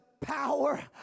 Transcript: power